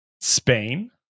Spain